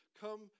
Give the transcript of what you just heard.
Come